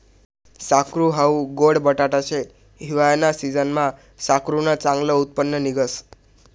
साकरू हाऊ गोड बटाटा शे, हिवायाना सिजनमा साकरुनं चांगलं उत्पन्न निंघस